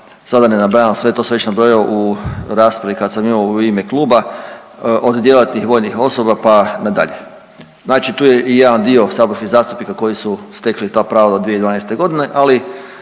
sad da ne nabrajam sve to sam već nabrojao u raspravi kad sam imao u ime kluba, od djelatnih vojnih osoba pa nadalje. Znači tu je i jedan dio saborskih zastupnika koji su stekli ta prava do 2012. g., ali